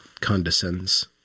condescends